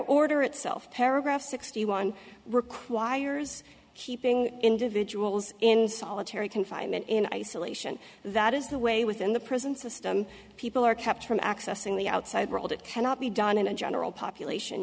order itself paragraph sixty one requires keeping individuals in solitary confinement in isolation that is the way within the prison system people are kept from accessing the outside world it cannot be done in a general population